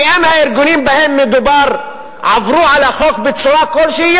כי אם הארגונים שבהם מדובר עברו על החוק בצורה כלשהי,